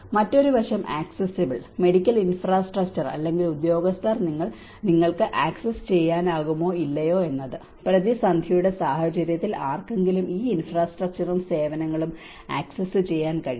മറ്റൊരു വശം accessible medical infrastructure അല്ലെങ്കിൽ ഉദ്യോഗസ്ഥർ നിങ്ങൾക്ക് ആക്സസ് ചെയ്യാനാകുമോ ഇല്ലയോ എന്നത് പ്രതിസന്ധിയുടെ സാഹചര്യത്തിൽ ആർക്കെങ്കിലും ഈ ഇൻഫ്രാസ്ട്രക്ചറും സേവനങ്ങളും ആക്സസ് ചെയ്യാൻ കഴിയും